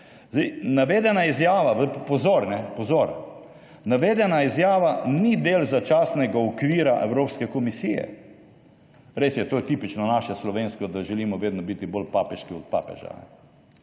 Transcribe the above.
Navedena izjava – pozor!− ni del začasnega okvira Evropske komisije. Res je, to je tipično naše slovensko, da želimo vedno biti bolj papeški od papeža.